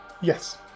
Yes